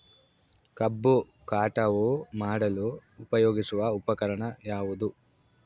ಕಬ್ಬು ಕಟಾವು ಮಾಡಲು ಉಪಯೋಗಿಸುವ ಉಪಕರಣ ಯಾವುದು?